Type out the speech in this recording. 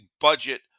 budget